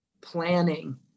planning